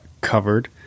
covered